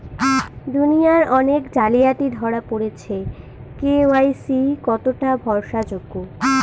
দুনিয়ায় অনেক জালিয়াতি ধরা পরেছে কে.ওয়াই.সি কতোটা ভরসা যোগ্য?